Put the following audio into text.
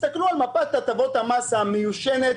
תסתכלו על מפת הטבות המס המיושנת